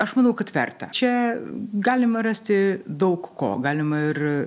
aš manau kad verta čia galima rasti daug ko galima ir